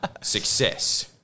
Success